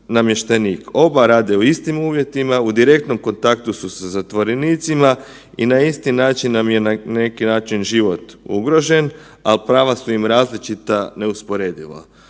Oba rade u istim uvjetima, u direktnom kontaktu su sa zatvorenicima i na isti način nam je na neki način život ugrožen, ali prava su im različita neusporedivo.